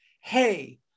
hey